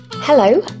Hello